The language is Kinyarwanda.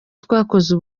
twakoze